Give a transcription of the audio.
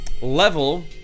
level